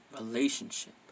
relationship